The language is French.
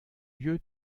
lieu